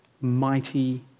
Mighty